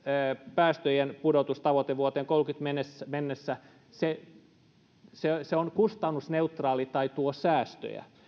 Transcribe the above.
päästöjenpudotustavoite vuoteen kolmessakymmenessä mennessä on kustannusneutraali tai tuo säästöjä